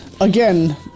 again